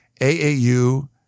AAU